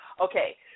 Okay